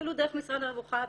אפילו דרך משרד הרווחה,